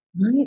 right